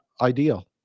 ideal